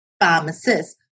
pharmacist